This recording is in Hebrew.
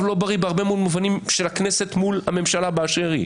לא בריא בהרבה מהמובנים של הכנסת מול הממשלה באשר היא.